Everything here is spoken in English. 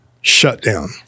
shutdown